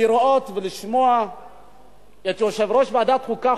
לראות ולשמוע את יושב-ראש ועדת החוקה,